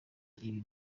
ibibi